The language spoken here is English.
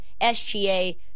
SGA